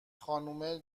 خانومه